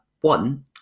One